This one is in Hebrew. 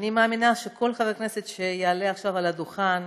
אני מאמינה שכל חבר כנסת שיעלה עכשיו לדוכן